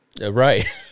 right